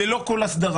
ללא כל הסדרה,